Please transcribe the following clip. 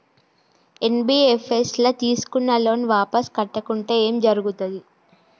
NBFS ల తీస్కున్న loan వాపస్ కట్టకుంటే ఏం జర్గుతది?